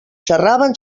xerraven